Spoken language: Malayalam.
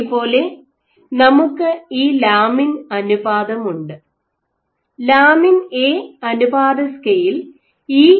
അതേപോലെ നമുക്ക് ഈ ലാമിൻ അനുപാതമുണ്ട് ലാമിൻ എ അനുപാത സ്കെയിൽ ഇ 0